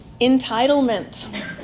Entitlement